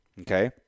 okay